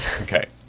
Okay